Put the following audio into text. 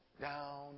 down